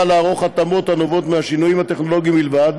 לערוך התאמות הנובעות משינויים טכנולוגיים בלבד,